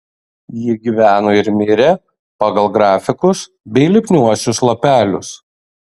ji gyveno ir mirė pagal grafikus bei lipniuosius lapelius